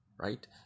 right